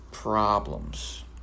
Problems